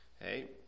hey